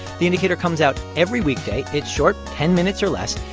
the indicator comes out every weekday. it's short ten minutes or less.